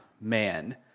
man